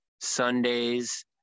Sundays